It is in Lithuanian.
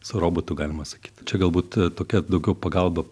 su robotu galima sakyt čia galbūt a tokia daugiau pagalba